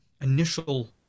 initial